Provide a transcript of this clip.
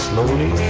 Slowly